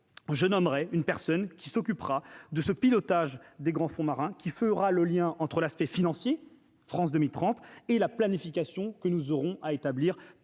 je nommerai une personne qui s'occupera de ce pilotage des grands fonds marins qui fera le lien entre l'aspect financier, France 2030 et la planification que nous aurons à établir